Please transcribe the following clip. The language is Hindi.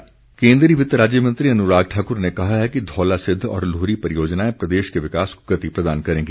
अनुराग ठाकुर केन्द्रीय वित्त राज्य मंत्री अनुराग ठाक्र ने कहा है कि धौलासिद्व और लुहरी परियोजनाएं प्रदेश के विकास को गति प्रदान करेंगी